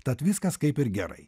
tad viskas kaip ir gerai